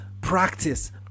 practice